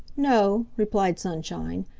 no, replied sunshine.